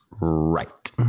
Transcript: Right